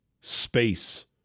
space